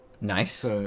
Nice